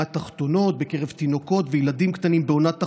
התחתונות בקרב תינוקות וילדים קטנים בעונת החורף.